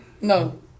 No